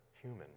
human